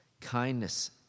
kindness